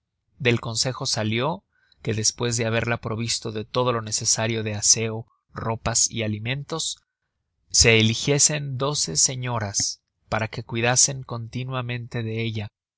del consejo salió que despues de haberla provisto de todo lo necesario de aseo ropas y alimentos se eligiesen doce señoras para que cuidasen continuamente de ella